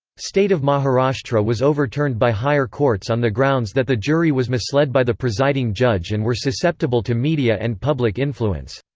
state of maharashtra was overturned by higher courts on the grounds that the jury was misled by the presiding judge and were susceptible to media and public influence.